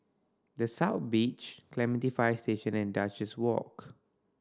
The South Beach Clementi Fire Station and Duchess Walk